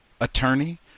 attorney